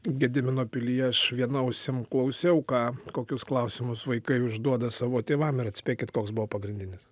gedimino pilyje aš viena ausim klausiau ką kokius klausimus vaikai užduoda savo tėvam ir atspėkit koks buvo pagrindinis